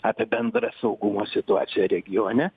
apie bendrą saugumo situaciją regione